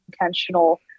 intentional